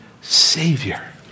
savior